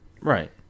Right